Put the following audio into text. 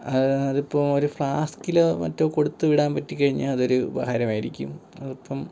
അതിപ്പോൾ ഒരു ഫ്ലാസ്കിലോ മറ്റോ കൊടുത്തുവിടാൻ പറ്റിക്കഴിഞ്ഞാൽ അതൊരു ഉപകാരം ആയിരിക്കും അതിപ്പം